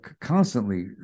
constantly